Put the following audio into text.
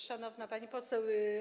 Szanowna Pani Poseł!